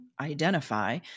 identify